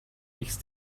ایکس